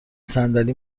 صندلی